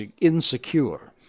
insecure